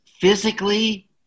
physically